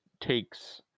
takes